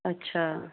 अच्छा